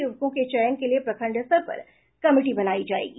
युवकों के चयन के लिए प्रखंड स्तर पर कमिटी बनायी जायेगी